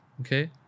Okay